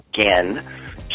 again